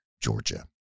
Georgia